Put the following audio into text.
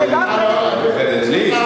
מה, גם בקרדיטים שהיא נותנת לי?